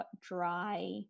dry